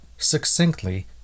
Succinctly